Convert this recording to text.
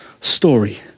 story